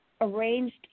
arranged